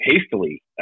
hastily